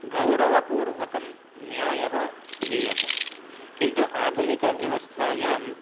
गौरवपूर्वकं न्यायः दीयते किन्तु आधुनिकव्यवस्थायां